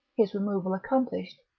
his removal accomplished,